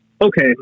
Okay